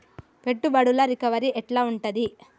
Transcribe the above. పెట్టుబడుల రికవరీ ఎట్ల ఉంటది?